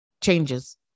changes